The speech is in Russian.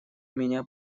меня